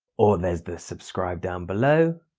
or there's this subscribe down below.